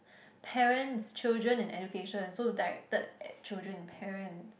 parents children and education so directed at children parents